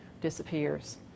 disappears